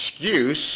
excuse